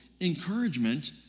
encouragement